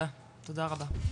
תודה רבה.